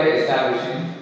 establishing